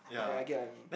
ya I get what you mean